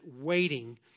waiting